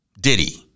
Diddy